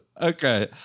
Okay